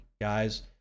guys